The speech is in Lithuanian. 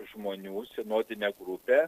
žmonių sinodinę grupę